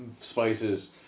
spices